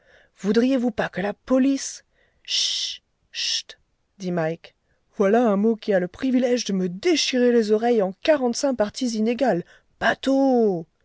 voudriez-vous pas que la police chut dit mike voilà un mot qui a le privilège de me déchirer les oreilles en quarante-cinq parties inégales bateau